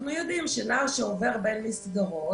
אנחנו יודעים שנער שעובר בין מסגרות,